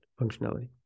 functionality